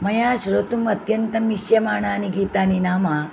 मया श्रोतुम् अत्यन्तम् इष्यमानानि गीतानि नाम